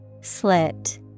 Slit